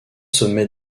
sommets